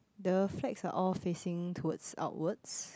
the flags are all facing towards outwards